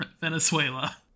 Venezuela